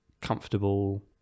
comfortable